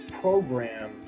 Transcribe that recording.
program